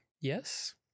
yes